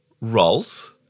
roles